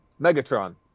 Megatron